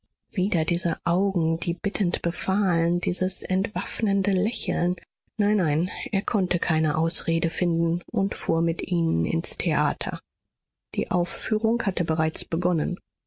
wieder diese augen die bittend befahlen dieses entwaffnende lächeln nein nein er konnte keine ausrede finden und fuhr mit ihnen ins theater die aufführung hatte bereits begonnen